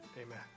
Amen